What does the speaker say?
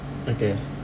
okay